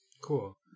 Cool